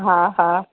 हा हा